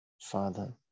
Father